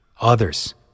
others